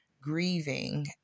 grieving